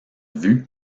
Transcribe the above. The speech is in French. vue